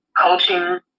coaching